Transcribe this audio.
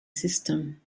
system